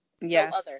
Yes